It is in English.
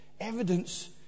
evidence